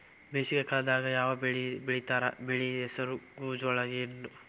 ಬೇಸಿಗೆ ಕಾಲದಾಗ ಯಾವ್ ಬೆಳಿ ಬೆಳಿತಾರ, ಬೆಳಿ ಹೆಸರು ಗೋಂಜಾಳ ಏನ್?